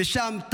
ושם,